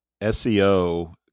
SEO